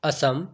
Assam